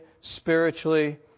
spiritually